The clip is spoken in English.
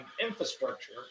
infrastructure